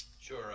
Sure